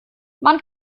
man